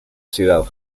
ciudad